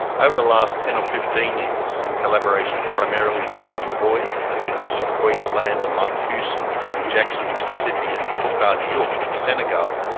over the last ten or fifteen years, in collaboration primarily with wendy hoy at the university of queensland, and mike hughson in jackson mississippi, and boucar diouf in senegal,